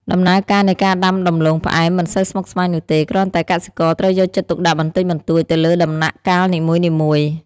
ដំណើរការនៃការដាំដំឡូងផ្អែមមិនសូវស្មុគស្មាញនោះទេ គ្រាន់តែកសិករត្រូវយកចិត្តទុកដាក់បន្តិចបន្តួចទៅលើដំណាក់កាលនីមួយៗ។